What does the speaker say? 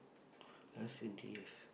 last twenty years